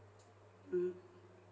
mm